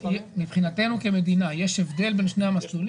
מבחינתנו כמדינה, יש הבדל בין שני המסלולים?